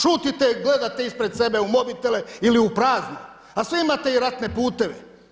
Šutite, gledate ispred sebe u mobitele ili u prazno a svi imate i ratne puteve.